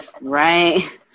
right